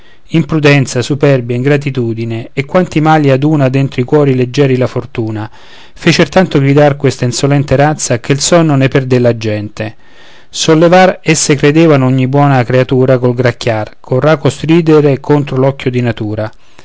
benefattore imprudenza superbia ingratitudine e quanti mali aduna dentro i cuori leggieri la fortuna fecer tanto gridar questa insolente razza che il sonno ne perdé la gente sollevar esse credevano ogni buona creatura col gracchiar col rauco stridere contro l'occhio di natura